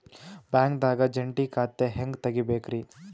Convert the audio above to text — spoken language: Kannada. ಬ್ಯಾಂಕ್ದಾಗ ಜಂಟಿ ಖಾತೆ ಹೆಂಗ್ ತಗಿಬೇಕ್ರಿ?